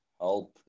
help